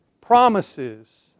promises